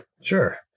Sure